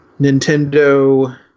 Nintendo